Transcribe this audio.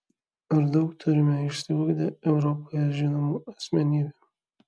ar daug turime išsiugdę europoje žinomų asmenybių